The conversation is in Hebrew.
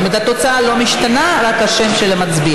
זאת אומרת, התוצאה לא משתנה, רק השם של המצביע.